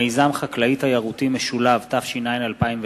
(מיזם חקלאי-תיירותי משולב), התש"ע 2009,